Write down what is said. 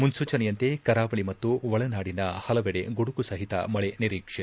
ಮುನ್ನೂಚನೆಯಂತೆ ಕರಾವಳ ಮತ್ತು ಒಳನಾಡಿನ ಹಲವೆಡೆ ಗುಡುಗು ಸಹಿತ ಮಳೆ ನಿರೀಕ್ಷಿತ